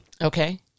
Okay